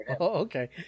okay